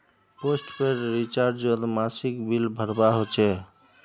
postpaid रिचार्जोत मासिक bill भरवा होचे